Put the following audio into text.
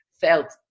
felt